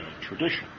tradition